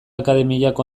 akademiak